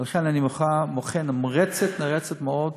לכן אני מוחה מחאה נמרצת מאוד.